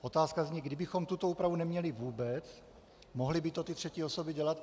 Otázka zní, kdybychom tuto úpravu neměli vůbec, mohly by to ty třetí osoby dělat?